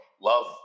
love